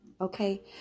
okay